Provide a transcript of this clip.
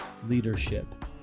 leadership